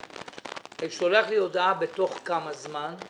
הוא שולח לי הודעה בתוך כמה זמן?